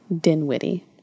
Dinwiddie